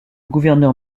gouvernement